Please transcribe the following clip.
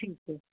ठीकु आहे